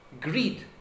greed